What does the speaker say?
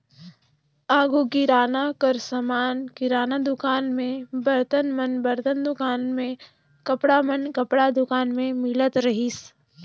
आघु किराना कर समान किराना दुकान में, बरतन मन बरतन दुकान में, कपड़ा मन कपड़ा दुकान में मिलत रहिस